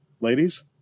Ladies